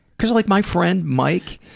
cause like my friend mike.